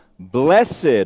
Blessed